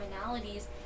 commonalities